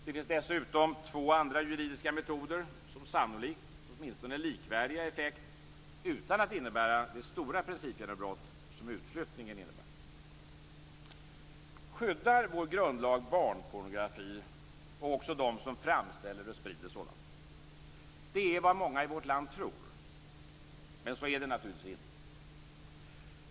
Det finns dessutom två andra juridiska metoder, som sannolikt är likvärdiga i effekt utan att innebära det stora principgenombrott som utflyttningen innebär. Skyddar vår grundlag barnpornografi och också dem som framställer och sprider sådan? Det är vad många i vårt land tror, men så är det naturligtvis inte.